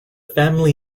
family